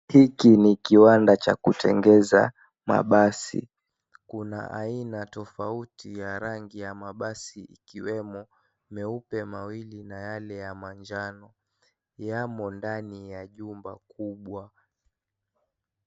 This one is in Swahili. Hiki ni kiwanda cha kutengeza mabasi, kuna aina tofauti ya rangi ya mabasi ikiwemo meupe mawili na yale ya manjano, yamo ndani ya jumba kubwa.